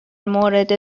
مورد